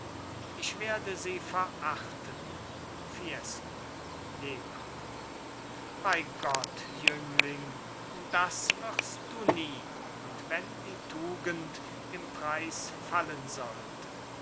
ich werde sie verachten fiesco lebhaft bei gott jüngling das wirst du nie und wenn die tugend im preis fallen sollte